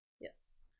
Yes